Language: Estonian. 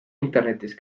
internetis